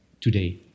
today